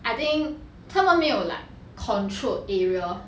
I think 他们没有来 control area